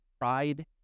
pride